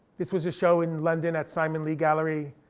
this was a show in london at simon lee gallery,